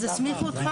אם כן, הסמיכו אותך.